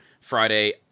Friday